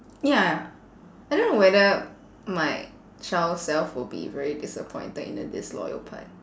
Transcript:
ya I don't know whether my child self will be very disappointed in the disloyal part